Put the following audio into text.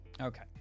okay